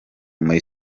muri